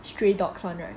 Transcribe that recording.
stray dogs [one] [right]